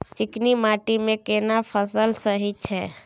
चिकनी माटी मे केना फसल सही छै?